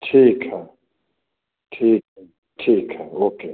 ठीक है ठीक है ठीक है ओके